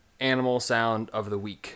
AnimalSoundofTheWeek